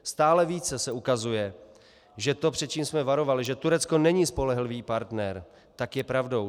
Stále více se ukazuje, že to, před čím jsme varovali, že Turecko není spolehlivý partner, tak je pravdou.